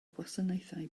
gwasanaethau